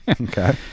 Okay